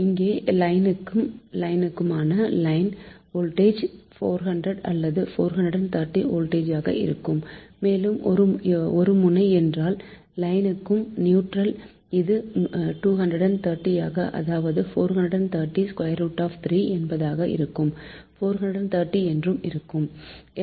இங்கே லைன் கும் லைனுக்கும் ஆன லைன் வோல்ட்டேஜ் 400 அல்லது 430 வோல்ட் ஆக இருக்கும் மேலும் ஒருமுனை என்றால் லைன்கும் நியூட்ரல் இது 230 ஆக அதாவது 430√3 என்பதாக இருக்கும் 430 என்று இருக்கும்போது